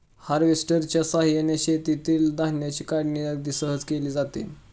हार्वेस्टरच्या साहाय्याने शेतातील धान्याची काढणी अगदी सहज केली जाते